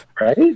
right